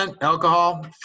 alcohol